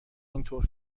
اینطور